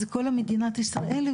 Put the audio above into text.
אז כל מדינת ישראל,